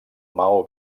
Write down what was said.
maó